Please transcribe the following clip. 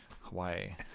Hawaii